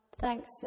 Thanks